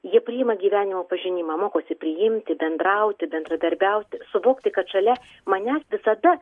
jie priima gyvenimo pažinimą mokosi priimti bendrauti bendradarbiauti suvokti kad šalia manęs visada